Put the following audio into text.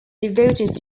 devoted